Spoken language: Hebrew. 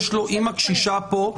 יש לו אימא קשישה פה,